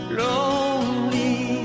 lonely